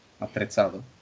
attrezzato